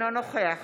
אינו נוכח